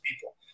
people